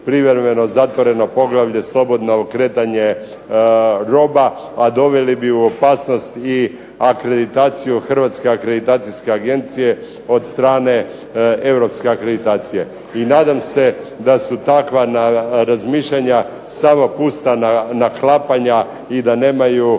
privremeno zatvoreno poglavlje – Slobodno kretanje roba, a doveli bi u opasnost i akreditaciju Hrvatske akreditacijske agencije od strane europske akreditacije. I nadam se da su takva razmišljanja samo pusta naklapanja i da nemaju